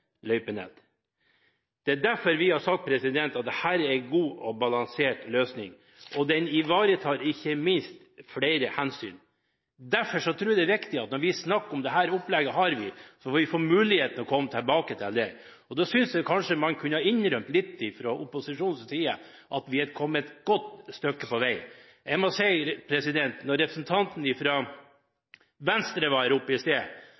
Det er derfor vi har sagt at dette er en god og balansert løsning, og den ivaretar ikke minst flere hensyn. Derfor tror jeg det er viktig at når vi snakker om at dette er det opplegget vi har, må vi få muligheten til å komme tilbake til det. Da synes jeg kanskje man fra opposisjonens side kunne ha innrømt litt at vi er kommet et godt stykke på vei. Jeg må si at da representanten fra Venstre var her oppe i